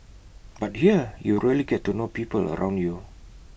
but here you really get to know people around you